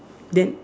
then